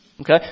Okay